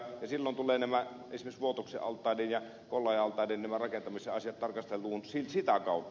ja silloin tulevat esimerkiksi vuotoksen ja kollajan altaiden rakentamisasiat tarkasteluun sitä kautta